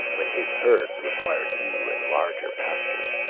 when his herds required new and larger pastures.